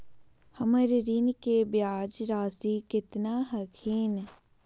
हमर ऋण के ब्याज रासी केतना हखिन?